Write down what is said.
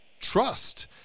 trust